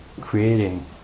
creating